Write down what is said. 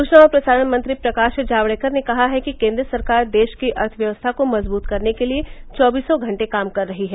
सूचना और प्रसारण मंत्री प्रकाश जावड़ेकर ने कहा है कि केन्द्र सरकार देश की अर्थव्यवस्था को मजबूत करने के लिए चौबीसों घंटे काम कर रही है